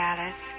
Alice